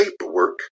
paperwork